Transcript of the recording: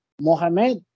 Mohamed